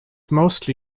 mostly